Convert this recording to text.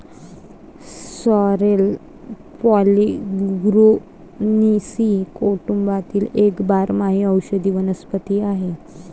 sorrel Polygonaceae कुटुंबातील एक बारमाही औषधी वनस्पती आहे